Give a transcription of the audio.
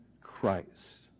Christ